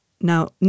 now